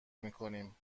میکنیم